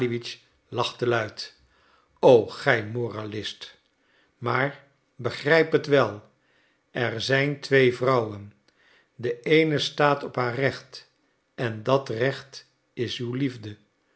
lachte luid o gij moralist maar begrijp het wel er zijn twee vrouwen de eene staat op haar recht en dat recht is uw liefde